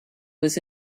was